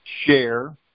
share